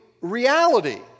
reality